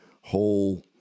whole –